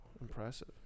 Impressive